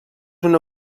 una